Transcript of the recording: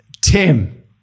Tim